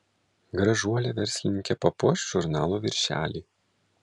gražuolė verslininkė papuoš žurnalo viršelį